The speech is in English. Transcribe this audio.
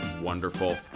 wonderful